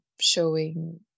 showing